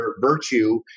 virtue